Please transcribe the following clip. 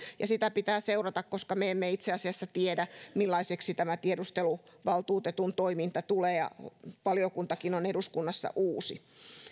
ja sitä pitää seurata koska me emme itse asiassa tiedä millaiseksi tämä tiedusteluvaltuutetun toiminta tulee ja valiokuntakin on eduskunnassa uusi